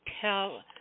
tell